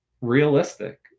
realistic